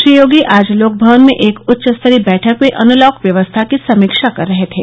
श्री योगी आज लोक भवन में एक उच्च स्तरीय बैठक में अनलॉक व्यवस्था की समीक्षा कर रहे थे